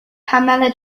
pamela